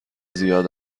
زیاد